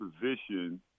position